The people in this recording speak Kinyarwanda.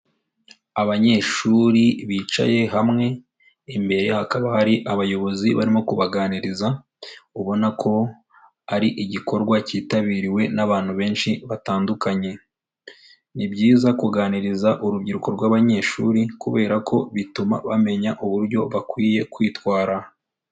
Abanyeshuri bicaye hamwe, imbere hakaba hari abayobozi barimo kubaganiriza, ubona ko ari igikorwa cyitabiriwe n'abantu benshi batandukanye, ni byiza kuganiriza urubyiruko rw'abanyeshuri kubera ko bituma bamenya uburyo bakwiye kwitwara.